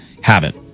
habit